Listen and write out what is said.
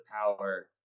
power